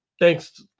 Thanks